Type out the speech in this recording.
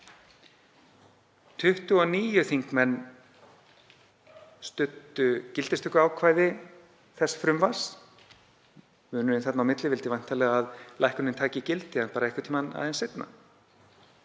29 þingmenn studdu gildistökuákvæði þess frumvarps. Munurinn þarna á milli vildi væntanlega að lækkunin tæki gildi en bara einhvern tímann seinna.